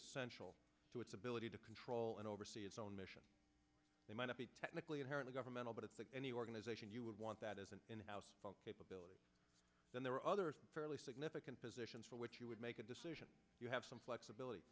essential to its ability to control and oversee its own mission they might not be technically inherently governmental but it's like any organization you would want that as an in house capability then there are other fairly significant positions for which you would make a decision you have some flexibility